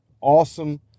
awesome